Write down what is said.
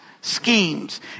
schemes